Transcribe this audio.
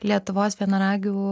lietuvos vienaragių